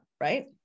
right